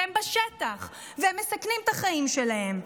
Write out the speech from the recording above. והם בשטח והם מסכנים את החיים שלהם.